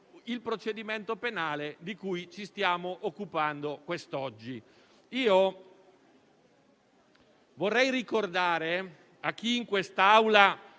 il procedimento penale di cui ci stiamo occupando oggi. Vorrei ricordare a chi in quest'Aula,